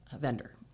vendor